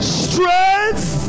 strength